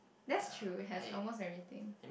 that's true we has almost everything